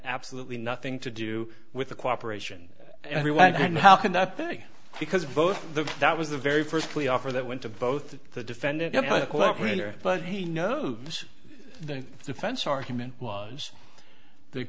absolutely nothing to do with the cooperation everyone had that day because both the that was the very first plea offer that went to both the defendant but he knows the defense argument was the